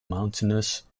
mountainous